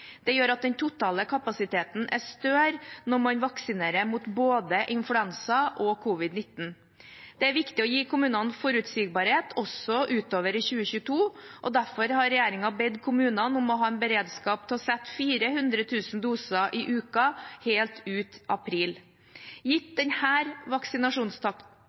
gjør at den totale kapasiteten er større når man vaksinerer mot både influensa og covid-19. Det er viktig å gi kommunene forutsigbarhet også utover i 2022. Derfor har regjeringen bedt kommunene om å ha beredskap til å sette 400 000 doser i uka ut april.